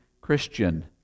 Christian